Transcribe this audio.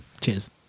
Cheers